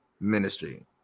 ministry